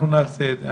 נעשה את זה.